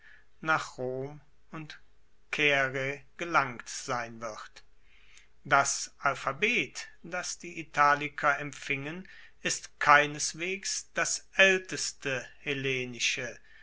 nach rom und caere gelangt sein wird das alphabet das die italiker empfingen ist keineswegs das aelteste